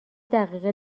دقیقه